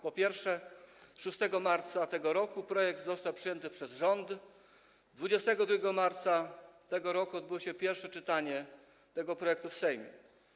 Po pierwsze, 6 marca tego roku projekt został przyjęty przez rząd, 22 marca tego roku odbyło się pierwsze czytanie tego projektu w Sejmie.